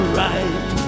right